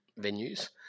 venues